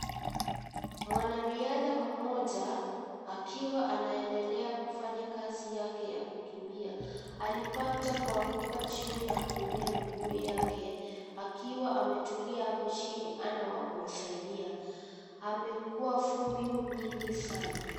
Mwanariadha mmoja akiwa anendelea kufanya kazi yake ya kukimbia. Alipata kuanguka chini na kuumia miguu yake akiwa ametulia hapo chini hakuna wa kumsaidia. Amekuwa vumbi nyingi sana.